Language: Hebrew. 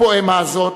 הפואמה הזאת,